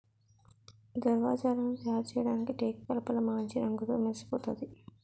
దర్వాజలను తయారుచేయడానికి టేకుకలపమాంచి రంగుతో మెరిసిపోతాది